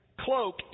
cloak